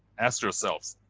ask yourselves,